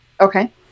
Okay